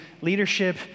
leadership